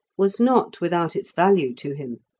was not without its value to him.